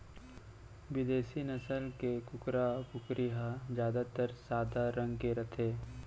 बिदेसी नसल के कुकरा, कुकरी ह जादातर सादा रंग के रथे